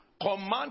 Command